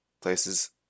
places